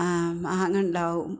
ആ മാങ്ങയുണ്ടാവും